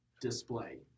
display